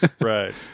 right